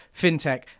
fintech